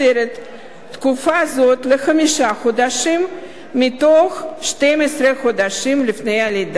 תקופה זאת לחמישה חודשים מתוך 12 החודשים לפני הלידה.